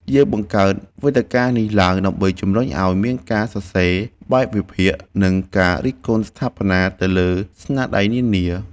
យើងបង្កើតវេទិកានេះឡើងដើម្បីជំរុញឱ្យមានការសរសេរបែបវិភាគ និងការរិះគន់ស្ថាបនាទៅលើស្នាដៃនានា។